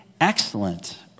Excellent